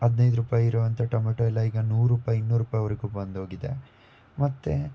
ಹದಿನೈದು ರೂಪಾಯಿ ಇರೋಂಥ ಟೊಮೊಟೊ ಎಲ್ಲ ಈಗ ನೂರು ರೂಪಾಯಿ ಇನ್ನೂರು ರೂಪಾಯಿವರ್ಗೂ ಬಂದೋಗಿದೆ ಮತ್ತು